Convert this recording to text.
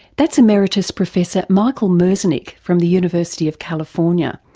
that's emeritus professor michael merzenich from the university of california.